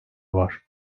var